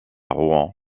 rouen